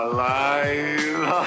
Alive